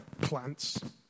plants